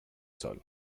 sol